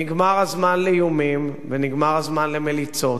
נגמר הזמן לאיומים ונגמר הזמן למליצות,